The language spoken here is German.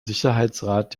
sicherheitsrat